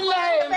אפשר להבין?